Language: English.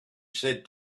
said